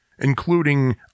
including